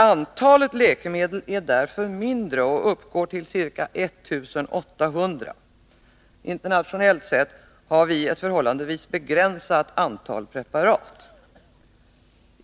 Antalet läkemedel är därför mindre och uppgår till ca 1 800. Internationellt sett har vi ett förhållandevis begränsat antal preparat.